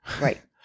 Right